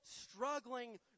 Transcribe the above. struggling